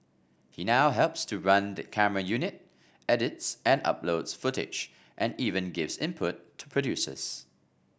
he now helps to run the camera unit edits and uploads footage and even gives input to producers